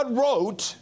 wrote